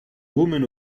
woman